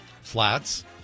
Flats